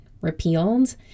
repealed